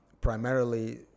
primarily